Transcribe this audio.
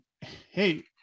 hey